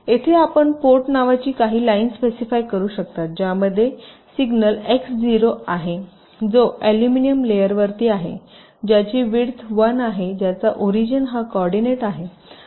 येथे आपण पोर्ट नावाची काही लाईन स्पेसिफाय करू शकता ज्यामध्ये सिग्नल एक्स 0 आहे जो एल्युमिनियम लेयरवर आहे ज्याची विड्थ 1 आहे ज्याचा ओरीजिन हा कोऑर्डिनेट आहे